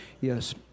Yes